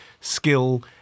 skill